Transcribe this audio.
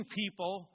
people